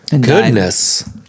Goodness